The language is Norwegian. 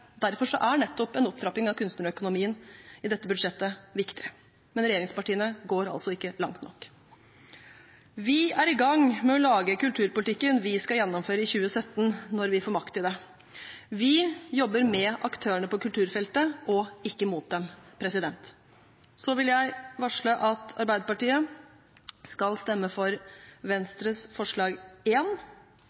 Derfor er nettopp en opptrapping av kunstnerøkonomien i dette budsjettet viktig, men regjeringspartiene går altså ikke langt nok. Vi er i gang med å lage kulturpolitikken vi skal gjennomføre i 2017, når vi får makt til det. Vi jobber med aktørene på kulturfeltet – og ikke mot dem. Så vil jeg varsle at Arbeiderpartiet skal stemme for Venstres forslag,